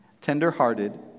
tender-hearted